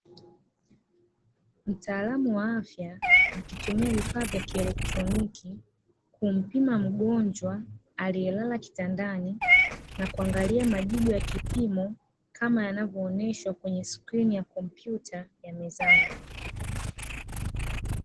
Mtaalamu wa afya akiwa anatumia vifaa vya kielektroniki kumpima mgonjwa aliyelala kitandani, na kuangalia majibu ya kipimo kama yanavyooneshwa kwenye skrini ya kompyuta ya mezani.